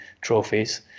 trophies